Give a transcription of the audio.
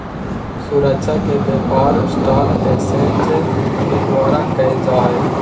सुरक्षा के व्यापार स्टाक एक्सचेंज के द्वारा क़इल जा हइ